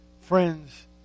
Friends